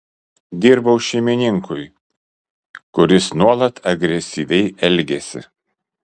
dirbau šeimininkui kuris nuolat agresyviai elgėsi